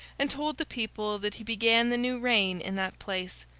and told the people that he began the new reign in that place,